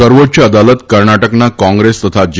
સર્વોચ્ય અદાલત કર્ણાટકના કોંગ્રુપ્ત તથા જે